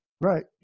Right